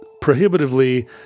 prohibitively